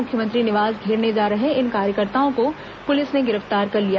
मुख्यमंत्री निवास घेरने जा रहे इन कार्यकर्ताओं को पुलिस ने गिरफ्तार कर लिया